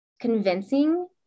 convincing